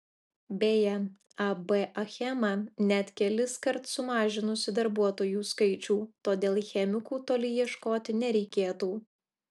beje ab achema net keliskart sumažinusi darbuotojų skaičių todėl chemikų toli ieškoti nereikėtų